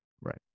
Right